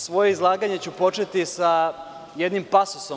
Svoje izlaganje ću početi sa jednim pasusom.